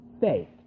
faith